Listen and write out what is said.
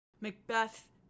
Macbeth